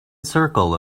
circle